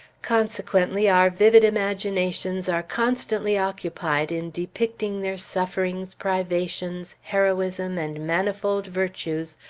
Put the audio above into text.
consequently our vivid imaginations are constantly occupied in depicting their sufferings, privations, heroism, and manifold virtues,